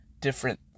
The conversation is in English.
different